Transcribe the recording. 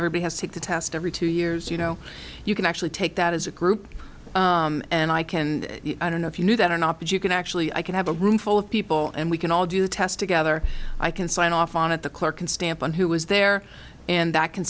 everybody has to take the test every two years you know you can actually take that as a group and i can i don't know if you knew that or not but you can actually i can have a room full of people and we can all do test together i can sign off on it the clerk can stamp on who was there and that can